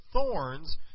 thorns